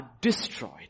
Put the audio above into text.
destroyed